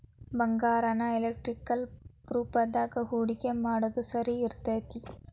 ಬಂಗಾರಾನ ಎಲೆಕ್ಟ್ರಾನಿಕ್ ರೂಪದಾಗ ಹೂಡಿಕಿ ಮಾಡೊದ್ ಸರಿ ಇರ್ತೆತಿ